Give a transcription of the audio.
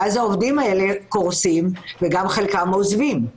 ואז העובדים האלה קורסים וגם חלקם עוזבים.